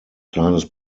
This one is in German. kleines